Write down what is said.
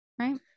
right